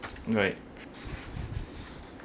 you're right